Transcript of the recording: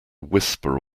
whisper